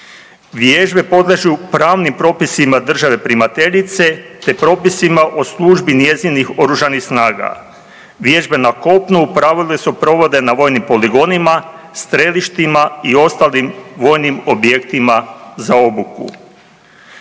Vježbe podliježu pravnim propisima države primateljice te propisima o službi njezinih OS-a. Vježbe na kopnu u pravilu se provode na vojnim poligonima, strelištima i ostalim vojnim objektima za obuku.